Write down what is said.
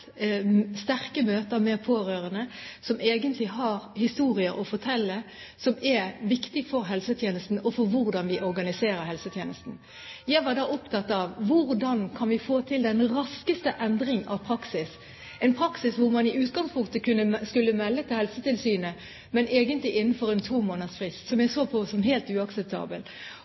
sterke møter med pårørende som egentlig har historier å fortelle som er viktige for helsetjenesten og for hvordan vi organiserer helsetjenesten. Jeg var da opptatt av: Hvordan kan vi få til den raskeste endring av praksis – en praksis hvor man i utgangspunktet skulle melde fra til Helsetilsynet egentlig innenfor en tomånedersfrist, som jeg så på som helt